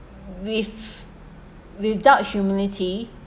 with without humility